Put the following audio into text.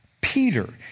Peter